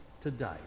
today